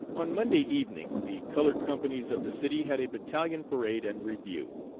on monday evening the colored companies of the city had a battalion parade and review.